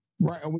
Right